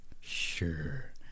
sure